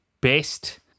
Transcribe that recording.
best